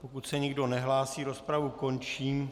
Pokud se nikdo nehlásí, rozpravu končím.